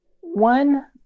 One